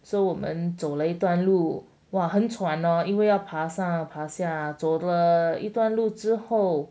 so 我们走了一段路 !wah! 很喘 loh 因为要爬上爬下走了一段路之后